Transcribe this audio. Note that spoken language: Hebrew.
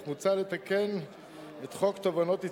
אך מוצע לתקן את חוק תובענות ייצוגיות,